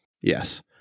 Yes